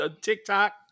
TikTok